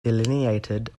delineated